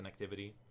connectivity